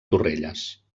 torrelles